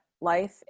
life